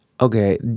Okay